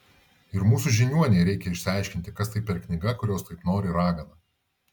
ir mūsų žiniuonei reikia išsiaiškinti kas tai per knyga kurios taip nori ragana